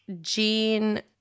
jean